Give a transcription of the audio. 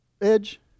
edge